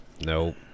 Nope